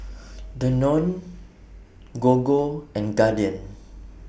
Danone Gogo and Guardian